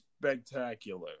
spectacular